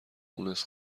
مونس